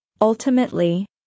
Ultimately